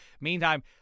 Meantime